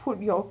put your